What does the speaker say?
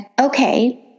okay